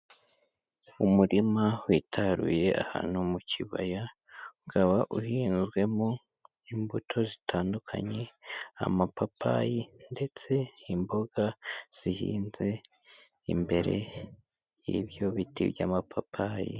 Umurima witaruye ahantu mu kibaya, ukaba uhinzwemo imbuto zitandukanye, amapapayi ndetse n'imboga zihinze imbere y'ibyo biti by'amapapayi.